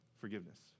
forgiveness